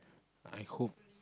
I hope